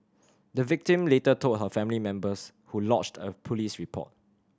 the victim later told her family members who lodged a police report